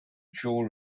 joe